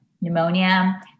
pneumonia